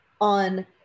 on